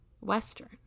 Western